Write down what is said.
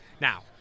Now